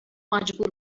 مجبور